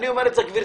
גברתי,